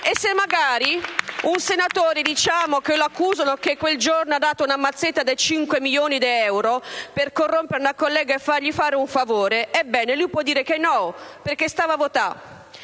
E se magari un senatore... diciamo che lo accusano che quel giorno ha dato una mazzetta de 5 mijoni di euro per corrompere un collega che gli fa un favore... ebbene, lui può dire che noooo, perché stava a votare.